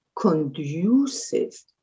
conducive